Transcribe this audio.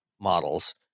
models